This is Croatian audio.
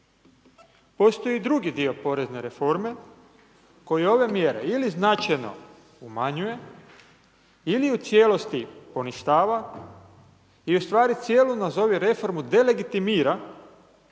Postoji drugi dio porezne reforme koji ove mjere ili značajno umanjuje ili u cijelosti poništava i ustvari cijelu, nazovi reformu, delegitimira